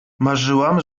marzyłam